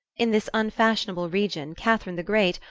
in this unfashionable region catherine the great,